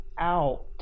out